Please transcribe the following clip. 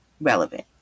relevant